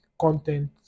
content